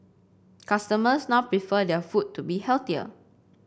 customers now prefer their food to be healthier